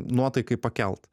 nuotaikai pakelt